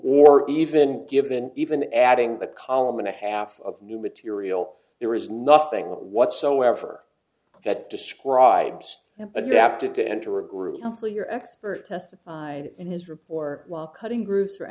or even given even adding the column and a half of new material there is nothing whatsoever that describes adapted to enter a group simply or expert testified in his report while cutting groups or